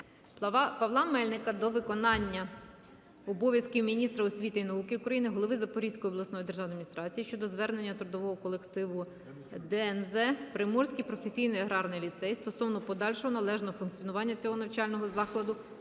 Павла Мельника до виконувача обов'язків міністра освіти і науки України, голови Запорізької обласної державної адміністрації щодо звернення трудового колективу ДНЗ "Приморський професійний аграрний ліцей" стосовно подальшого належного функціонування цього навчального закладу,